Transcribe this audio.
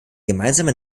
gemeinsame